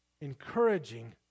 encouraging